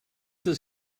does